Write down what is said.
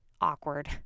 awkward